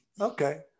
Okay